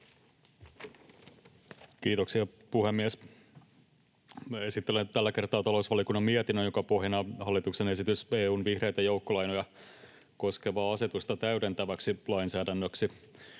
Kiitoksia, puhemies! Esittelen tällä kertaa talousvaliokunnan mietinnön, jonka pohjana on hallituksen esitys EU:n vihreitä joukkolainoja koskevaa asetusta täydentäväksi lainsäädännöksi.